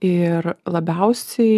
ir labiausiai